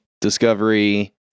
Discovery